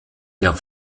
der